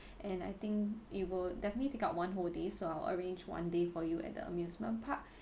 and I think it will definitely take out one whole day so I'll arrange one day for you at the amusement park